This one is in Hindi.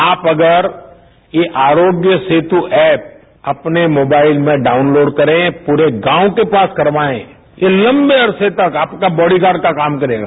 आप अगर ये आरोग्य सेतु ऐप अपने मोबाइल में डाउनलोड करें पूरे गांव के पास करवाएं ये लंबे अरसे तक आपका बॉडीगार्ड का काम करेगा